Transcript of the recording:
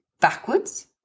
backwards